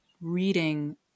reading